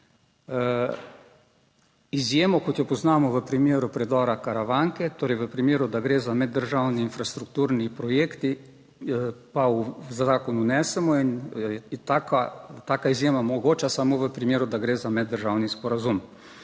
Izjemo, kot jo poznamo v primeru predora Karavanke, torej v primeru, da gre za meddržavni infrastrukturni projekt, pa v zakon vnesemo in je ta taka izjema mogoča samo v primeru, da gre za meddržavni sporazum.